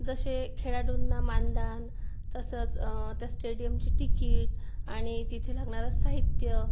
जसे खेळांडूना मानधन तसंच त्या स्टेडियमची टिकीट आणि तिथे लागणारं साहित्य